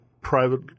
private